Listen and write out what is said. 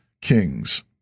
kings